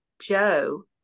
Joe